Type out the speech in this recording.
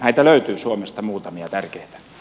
näitä löytyy suomesta muutamia tärkeitä